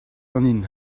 ganin